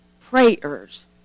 prayers